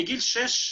מגיל שש,